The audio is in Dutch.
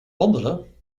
wandelen